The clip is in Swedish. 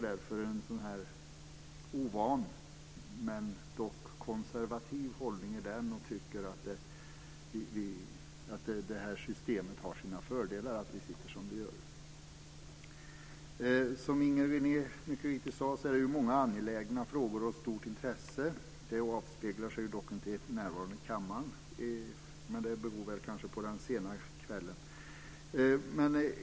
Därför intar jag en ovan - men dock - konservativ hållning och tycker att det här systemet har sina fördelar, alltså att vi sitter som vi gör. Som Inger René mycket riktigt sade gäller det här många angelägna frågor av stort intresse. Det återspeglar sig dock inte i närvaron här i kammaren, men det beror kanske på den sena kvällen.